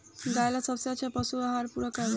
गाय ला सबसे अच्छा पशु आहार पूरक का बा?